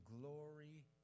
glory